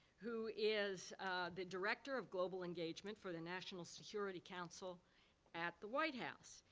who is the director of global engagement for the national security council at the white house.